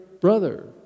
brother